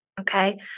Okay